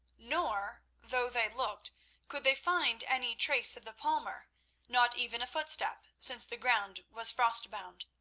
nor though they looked could they find any trace of the palmer not even a footstep, since the ground was frostbound.